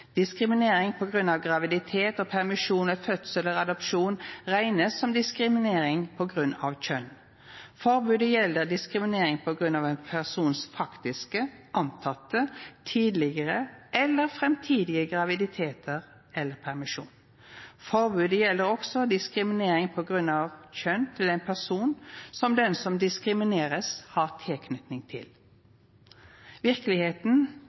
Diskriminering på grunn av graviditet og permisjon ved fødsel eller adopsjon regnes som diskriminering på grunn av kjønn. Forbudet gjelder diskriminering på grunn av en persons faktiske, antatte, tidligere eller fremtidige graviditet eller permisjon. Forbudet gjelder også diskriminering på grunn av kjønn til en person som den som diskrimineres har tilknytning til.»